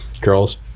Girls